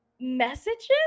messages